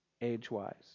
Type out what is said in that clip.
age-wise